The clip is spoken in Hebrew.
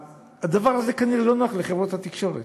הדבר הזה כנראה לא נוח לחברות התקשורת.